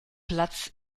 platz